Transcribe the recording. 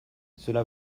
cela